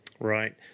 Right